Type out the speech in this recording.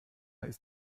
ist